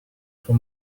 for